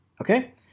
okay